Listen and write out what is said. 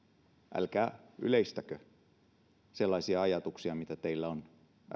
älkää yleistäkö sellaisia ajatuksia mitä teillä on